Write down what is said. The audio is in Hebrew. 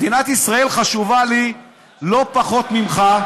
מדינת ישראל חשובה לי לא פחות מלך,